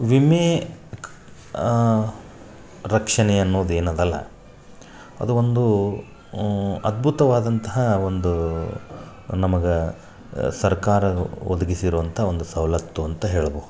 ವಿಮೆ ರಕ್ಷಣೆ ಅನ್ನುದು ಏನು ಅದಲ್ಲ ಅದು ಒಂದು ಅದ್ಭುತವಾದಂತಹ ಒಂದು ನಮಗೆ ಸರ್ಕಾರ ಒದಗಿಸಿರುವಂಥ ಒಂದು ಸವಲತ್ತು ಅಂತ ಹೇಳಬಹುದು